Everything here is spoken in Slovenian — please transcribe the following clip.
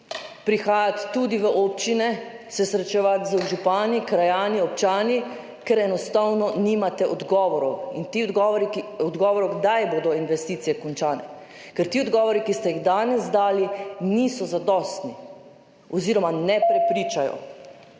prihajati tudi v občine, se srečevati z župani, krajani, občani, ker enostavno nimate odgovorov, kdaj bodo investicije končane, ker ti odgovori, ki ste jih danes dali, niso zadostni oziroma ne prepričajo.